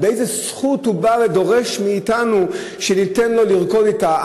באיזו זכות הוא בא ודורש מאתנו שניתן לו לרקוד אתה?